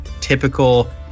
typical